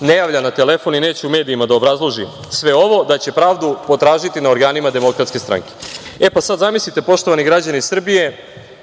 ne javlja na telefon i neće u medijima da obrazloži sve ovo da će pravdu potražiti na organima DS.“E, pa sad zamislite, poštovani građani Srbije,